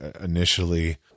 initially